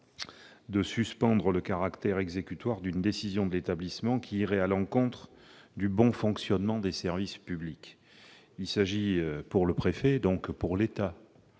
de suspendre le caractère exécutoire d'une décision de l'établissement qui irait à l'encontre du bon fonctionnement des services publics. Cette disposition était